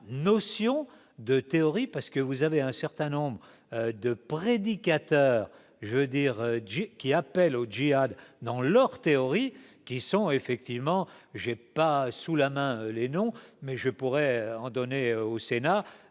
notion de théories parce que vous avez un certain nombre de prédicateurs, je veux dire Dieu qui appellent au Djihad dans leurs théories qui sont, effectivement, j'ai pas sous la main les noms mais je pourrais en donner au Sénat,